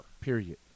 Period